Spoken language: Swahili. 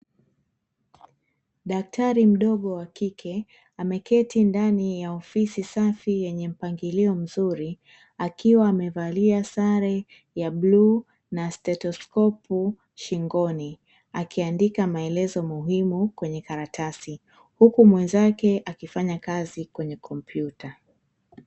Daktari mdogo wa kike, ameketi ndani ya Ofisi safi yenye mpangilio mzuri akiwa amevalia sare ya blue na stetoskopu shingoni akiandika maelezo muhimu kwenye karatasi huku mwenzake akifafanya kazi kwenye ''komputa''.